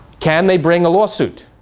can they bring a lawsuit?